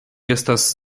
estas